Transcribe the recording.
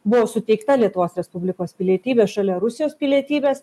buvo suteikta lietuvos respublikos pilietybės šalia rusijos pilietybės